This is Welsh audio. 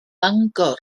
mangor